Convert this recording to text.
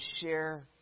share